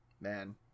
Man